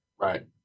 Right